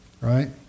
Right